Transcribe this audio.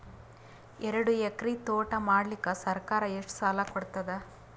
ಎರಡು ಎಕರಿ ತೋಟ ಮಾಡಲಿಕ್ಕ ಸರ್ಕಾರ ಎಷ್ಟ ಸಾಲ ಕೊಡತದ?